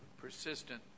persistent